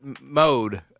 mode